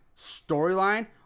storyline